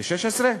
ל-2016?